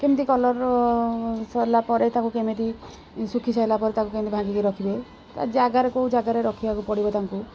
କେମିତି କଲର୍ ସରିଲା ପରେ ତାକୁ କେମିତି ଶୁଖି ସାରିଲା ପରେ ତାକୁ କେମିତି ଭାଙ୍ଗିକି ରଖିବେ ତା ଜାଗାରେ କୋଉ ଜାଗାରେ ରଖିବାକୁ ପଡ଼ିବ ତାଙ୍କୁ